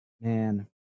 Man